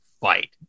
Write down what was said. fight